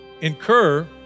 incur